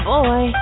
Boy